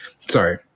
sorry